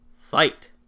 Fight